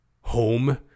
home